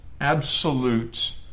absolute